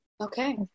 okay